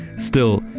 still,